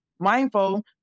mindful